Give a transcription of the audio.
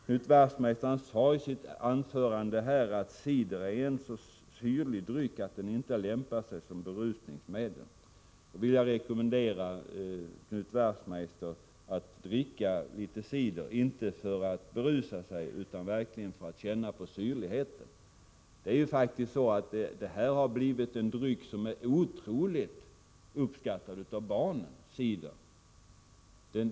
Knut Wachtmeister sade i sitt anförande att cider är en så syrlig dryck att den inte lämpar sig såsom berusningsmedel. Då vill jag rekommendera Knut Wachtmeister att dricka litet cider, inte för att berusa sig utan verkligen för att känna på syrligheten. Cidern har blivit en dryck som är otroligt uppskattad av barnen.